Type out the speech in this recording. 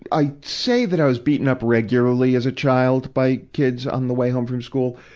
i say that i was beaten up regularly as a child, by kids on the way home from school.